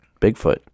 Bigfoot